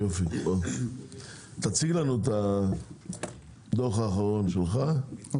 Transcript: תציג לנו את הדוח האחרון שלך,